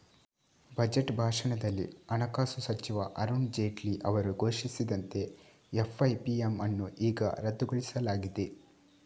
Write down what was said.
budget ಭಾಷಣದಲ್ಲಿ ಹಣಕಾಸು ಸಚಿವ ಅರುಣ್ ಜೇಟ್ಲಿ ಅವರು ಘೋಷಿಸಿದಂತೆ ಎಫ್.ಐ.ಪಿ.ಎಮ್ ಅನ್ನು ಈಗ ರದ್ದುಗೊಳಿಸಲಾಗಿದೆ